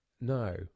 No